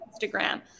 Instagram